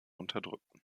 unterdrückten